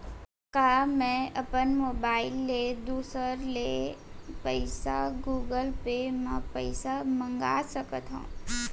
का मैं अपन मोबाइल ले दूसर ले पइसा गूगल पे म पइसा मंगा सकथव?